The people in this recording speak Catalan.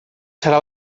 serà